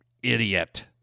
idiot